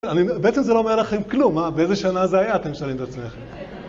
בעצם זה לא אומר לכם כלום, באיזה שנה זה היה, אתם שואלים את עצמכם.